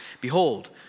behold